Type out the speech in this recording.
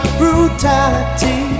brutality